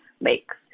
makes